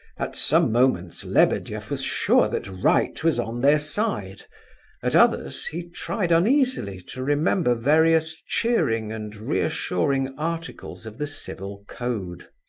at some moments lebedeff was sure that right was on their side at others he tried uneasily to remember various cheering and reassuring articles of the civil code.